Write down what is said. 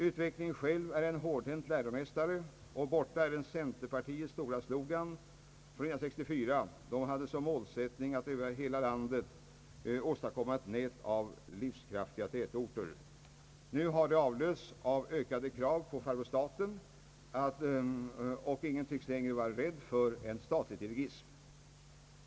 Utvecklingen själv är en hårdhänt läromästare, och borta är centerpartiets stora slogan från år 1964, då man hade som målsättning att i hela landet utveckla »ett nät av livskraftiga tätorter». Nu har det avlösts av ökade krav på farbror staten och ingen tycks längre vara rädd för statlig dirigism.